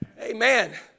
Amen